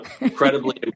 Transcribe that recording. incredibly